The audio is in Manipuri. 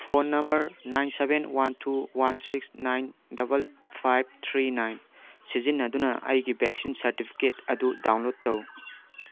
phone number nine seven one two one six nine double five three nine ꯁꯤꯖꯤꯟꯅꯗꯨꯅ ꯑꯩꯒꯤ ꯚꯦꯛꯁꯤꯟ ꯁꯥꯔꯇꯤꯐꯤꯀꯦꯗ ꯑꯗꯨ ꯗꯥꯎꯟꯂꯣꯗ ꯇꯧ